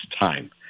time